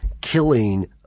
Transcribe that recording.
killing